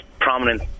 prominent